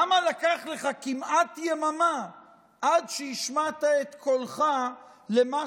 למה לקח לך כמעט יממה עד שהשמעת את קולך על מה